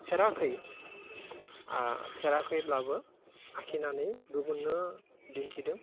फेराखै फैराखैब्लाबो आखिनानै गुबुननो दिनथिदों